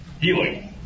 Healing